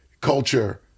culture